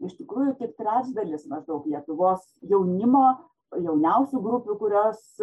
iš tikrųjų tik trečdalis maždaug lietuvos jaunimo jauniausių grupių kurios